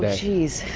geez.